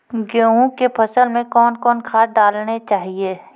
गेहूँ के फसल मे कौन कौन खाद डालने चाहिए?